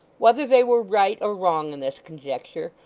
whether they were right or wrong in this conjecture,